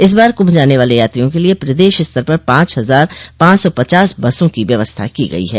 इस बार कुंभ जाने वाले यात्रियों के लिए प्रदेश स्तर पर पांच हजार पांच सौ पचास बसों की व्यवस्था की गई है